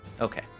Okay